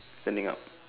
standing up